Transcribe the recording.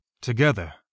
Together